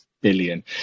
billion